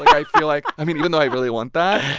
i feel like i mean, even though i really want that,